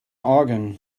organ